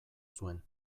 zuen